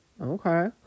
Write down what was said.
okay